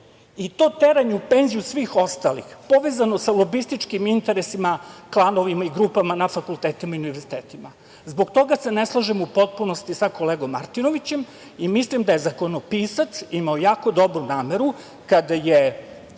i to teranje u penziju svih ostalih povezano sa lobističkim interesima, klanovima i grupama na fakultetima i univerzitetima. Zbog toga se ne slažem u potpunosti sa kolegom Martinovićem i mislim da je zakonopisac imao jako dobru nameru kada je